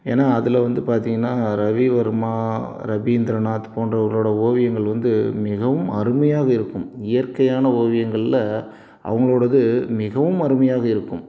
ஏன்னால் அதில் வந்து பார்த்தீங்கன்னா ரவிவர்மா ரவீந்திரநாத் போன்றவர்களோட ஓவியங்கள் வந்து மிகவும் அருமையாக இருக்கும் இயற்கையான ஓவியங்களில் அவங்களோடது மிகவும் அருமையாக இருக்கும்